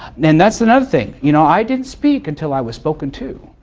and that's another thing. you know, i didn't speak until i was spoken to,